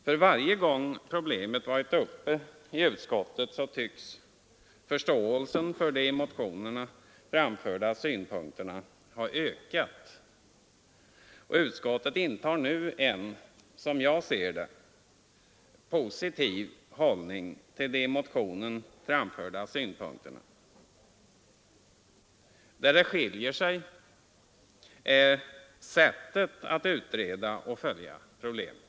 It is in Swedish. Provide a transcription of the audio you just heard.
För varje gång problemet varit uppe i utskottet tycks förståelsen för de i motionerna framförda synpunkterna ha ökat, och utskottet intar nu en, som jag ser det, positiv hållning till de i motionen framförda synpunkterna. Det vi har skilda meningar om är sättet att utreda och följa problemen.